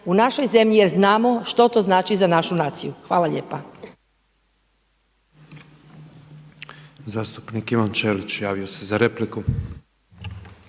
u našoj zemlji jer znamo što to znači za našu naciju. Hvala lijepa.